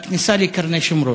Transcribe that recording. בכניסה לקרני-שומרון,